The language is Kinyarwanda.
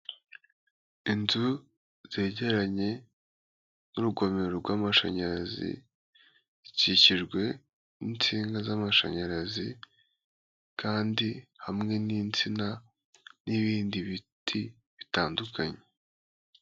Inzu zegeranye n'urugomero rw'amashanyarazi, ikikijwe n'insinga z'amashanyarazi kandi hamwe n'insina n'ibindi biti bitandukanye.